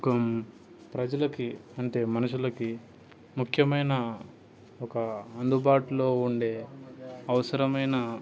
come ప్రజలకి అంటే మనుషులకి ముఖ్యమైన ఒక అందుబాటులో ఉండే అవసరమైన